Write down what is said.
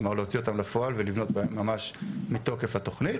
כלומר להוציא אותן לפועל ולבנות בהן ממש מתוקף התוכנית.